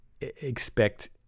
expect